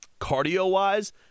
cardio-wise